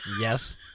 Yes